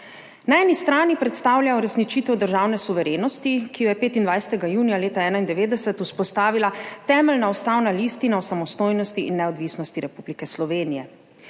Na eni strani predstavlja uresničitev državne suverenosti, ki jo je 25. junija leta 1991 vzpostavila Temeljna ustavna listina o samostojnosti in neodvisnosti Republike Slovenije,